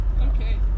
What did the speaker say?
Okay